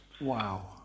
Wow